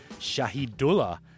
Shahidullah